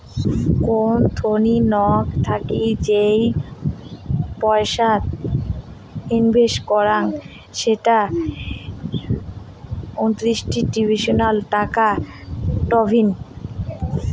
কোন থোংনি নক থাকি যেই পয়সা ইনভেস্ট করং সেটা ইনস্টিটিউশনাল টাকা টঙ্নি